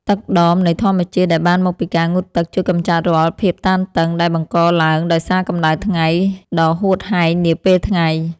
ទឹកដមនៃធម្មជាតិដែលបានមកពីការងូតទឹកជួយកម្ចាត់រាល់ភាពតានតឹងដែលបង្កឡើងដោយសារកម្តៅថ្ងៃដ៏ហួតហែងនាពេលថ្ងៃ។